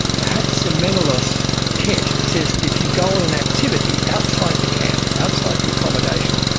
the hatzimanolis test says that if you go on an activity outside the camp, outside the accommodation,